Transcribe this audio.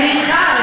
אני אתך,